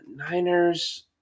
Niners